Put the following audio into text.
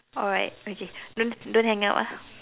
alright okay don't don't hang up ah